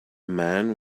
man